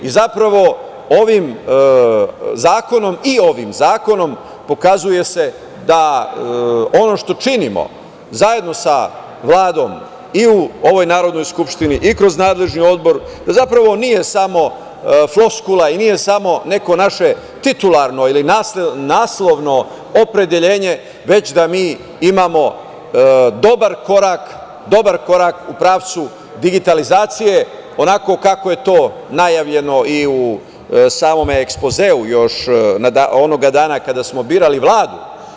Zapravo, i ovim zakonom pokazuje se da ono što činimo, zajedno sa Vladom i u ovoj Narodnoj skupštini i kroz nadležni odbor, zapravo nije samo floskula i nije samo neko naše titularno ili naslovno opredeljenje, već da mi imamo dobar korak u pravcu digitalizacije, onako kako je to najavljeno i u samom ekspozeu još onoga dana kada smo birali Vladu.